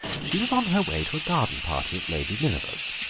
she was on her way to a garden party at lady nineveh's,